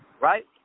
Right